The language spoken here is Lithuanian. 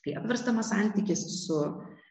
tai apverstamas santykis su